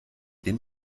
den